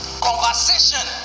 Conversation